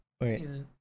wait